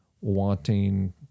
wanting